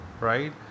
right